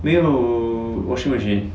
没有 washing machine